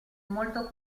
molto